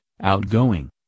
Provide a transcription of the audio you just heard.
outgoing